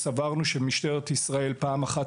סברנו שמשטרת ישראל צריכה פעם אחת,